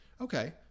Okay